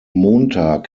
montag